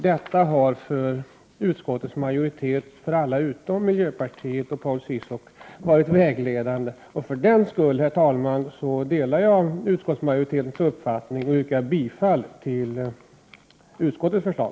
Detta har för utskottets majoritet, för alla utom miljöpartiet och Paul Ciszuk, varit vägledande. För den skull, herr talman, delar jag utskottsmajoritetens uppfattning och yrkar bifall till utskottets förslag.